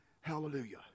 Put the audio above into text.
Hallelujah